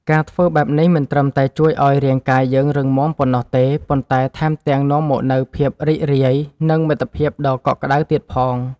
ការធ្វើបែបនេះ មិនត្រឹមតែជួយឱ្យរាងកាយយើងរឹងមាំប៉ុណ្ណោះទេ ប៉ុន្តែថែមទាំងនាំមកនូវភាពរីករាយ និងមិត្តភាពដ៏កក់ក្ដៅទៀតផង។